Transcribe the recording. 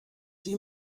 die